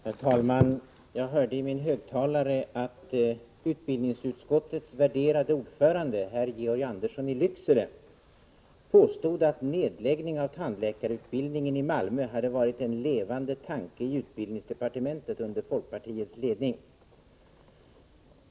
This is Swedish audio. Herr talman! Jag hörde i min högtalare att utbildningsutskottets värderade ordförande, Georg Andersson i Lycksele, påstod att nedläggning av tandläkarutbildningen i Malmö var en levande tanke i utbildningsdepartementet under folkpartiets ledning.